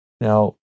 Now